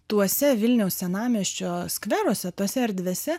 tuose vilniaus senamiesčio skveruose tose erdvėse